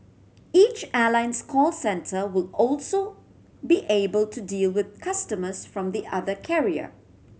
each airline's call centre will also be able to deal with customers from the other carrier